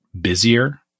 busier